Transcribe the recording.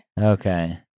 Okay